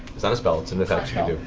it's not a spell, it's an effect you do.